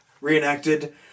reenacted